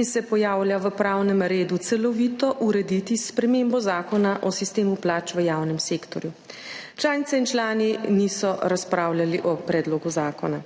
in se pojavlja v pravnem redu, celovito urediti s spremembo Zakona o sistemu plač v javnem sektorju. Članice in člani niso razpravljali o predlogu zakona.